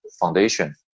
foundation